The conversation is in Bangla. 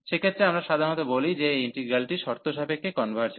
সেক্ষেত্রে আমরা সাধারণত বলি যে এই ইন্টিগ্রালটি শর্তসাপেক্ষে কনভার্জ হয়